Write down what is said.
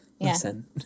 Listen